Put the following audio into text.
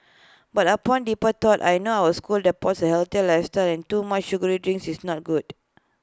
but upon deeper thought I know our school adopts A healthier lifestyle and too much sugary drinks is not good